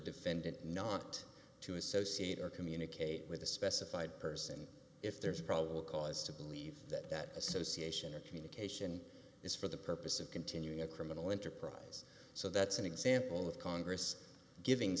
defendant not to associate or communicate with a specified person if there is probable cause to believe that that association or communication is for the purpose of continuing a criminal enterprise so that's an example of congress giving